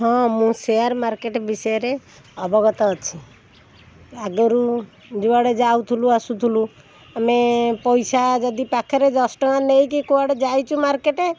ହଁ ମୁଁ share market ବିଷୟରେ ଅବଗତ ଅଛି ଆଗରୁ ଯୁଆଡ଼େ ଯାଉଥିଲୁ ଆସୁଥିଲୁ ଆମେ ପଇସା ଯଦି ପାଖରେ ଦଶଟଙ୍କା ନେଇକି କୁଆଡ଼େ ଯାଇଛୁ ମାର୍କେଟ୍